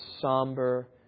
somber